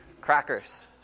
Crackers